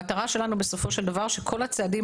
המטרה שלנו היא שבסופו של דבר כל הצעדים